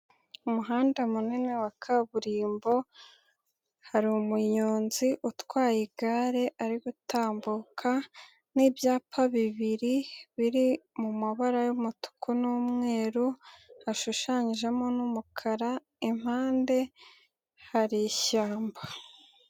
Umuhanda munini wa kaburimbo hari umunyonzi utwaye igare ari gutambuka n'ibyapa bibiri biri mu mabara y'umutuku n'umweru hashushanyijemo n'umukara, impande hari ishyamba.